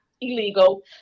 illegal